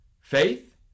faith